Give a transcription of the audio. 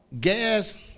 gas